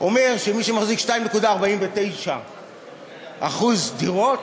אומר שמי שמחזיק 249% דירות,